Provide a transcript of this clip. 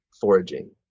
foraging